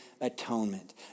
atonement